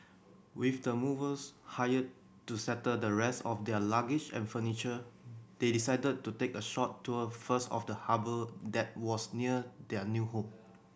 with the movers hired to settle the rest of their luggage and furniture they decided to take a short tour first of the harbour that was near their new home